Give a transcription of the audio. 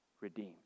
redeemed